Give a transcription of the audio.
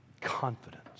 confidence